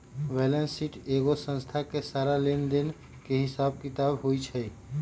balance sheet एगो संस्था के सारा लेन देन के हिसाब किताब होई छई